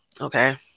okay